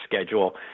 schedule